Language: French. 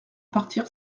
partir